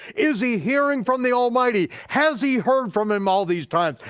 is he hearing from the almighty, has he heard from him all these times?